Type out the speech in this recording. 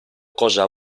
cosa